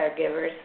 caregivers